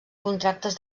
contractes